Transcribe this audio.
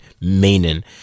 meaning